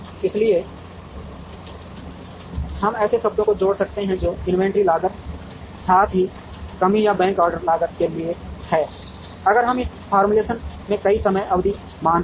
इसलिए हम ऐसे शब्दों को जोड़ सकते हैं जो इन्वेंट्री लागत साथ ही कमी या बैक ऑर्डर लागत के लिए हैं अगर हम इस फॉर्मूलेशन में कई समय अवधि मानते हैं